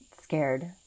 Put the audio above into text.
scared